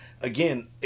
again